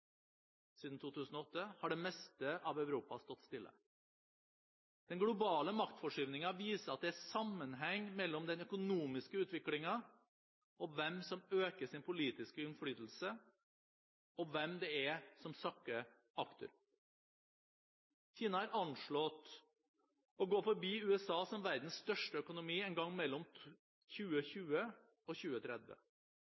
siden 2008, har det meste av Europa stått stille. Den globale maktforskyvningen viser at det er sammenheng mellom den økonomiske utviklingen og hvem som øker sin politiske innflytelse – og hvem det er som sakker akterut. Kina er anslått å gå forbi USA som verdens største økonomi en gang mellom